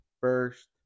first